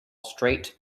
straight